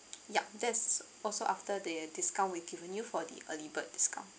yup that's also after the discount we given you for the early bird discount